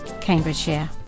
Cambridgeshire